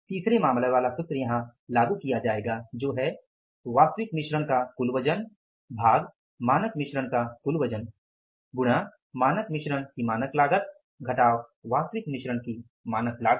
तीसरे मामले वाला सूत्र यहां लागू किया जाएगा जो है वास्तविक मिश्रण का कुल वजन भाग मानक मिश्रण का कुल वजन गुणा मानक मिश्रण की मानक लागत घटाव वास्तविक मिश्रण की मानक लागत